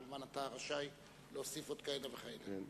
כמובן, אתה רשאי להוסיף עוד כהנה וכהנה.